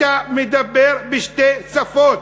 אתה מדבר בשתי שפות.